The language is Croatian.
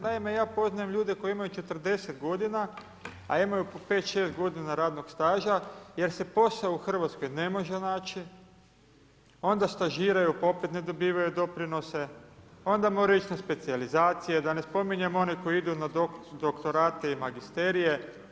Naime ja poznajem ljude koji imaju 40 godina, a imaju po 5, 6 godina radnog staža jer se posao u Hrvatskoj ne može naći, onda stažiraju pa opet ne dobivaju doprinose, onda moraju ići na specijalizacije, da ne spominjem one koji idu na doktorate i magisterije.